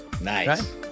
nice